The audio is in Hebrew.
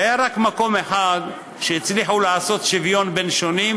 היה רק מקום אחד שהצליחו לעשות שוויון בין שונים,